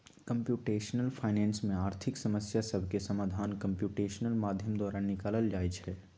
computational finance में आर्थिक समस्या सभके समाधान कंप्यूटेशनल माध्यम द्वारा निकालल जाइ छइ